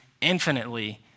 infinitely